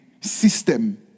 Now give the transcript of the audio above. system